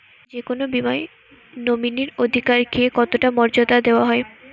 যে কোনো বীমায় নমিনীর অধিকার কে কতটা মর্যাদা দেওয়া হয়?